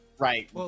Right